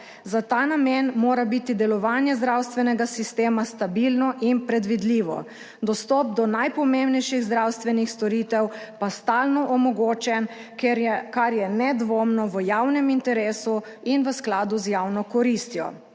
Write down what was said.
Za ta namen mora biti delovanje zdravstvenega sistema stabilno in predvidljivo, dostop do najpomembnejših zdravstvenih storitev pa stalno omogočen, kar je nedvomno v javnem interesu in v skladu z javno koristjo.